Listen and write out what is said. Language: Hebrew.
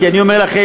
כי אני אומר לכם,